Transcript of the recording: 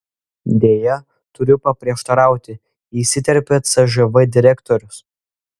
deja turiu paprieštarauti įsiterpė cžv direktorius